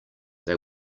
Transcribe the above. they